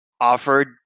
offered